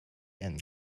and